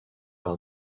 par